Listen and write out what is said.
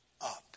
up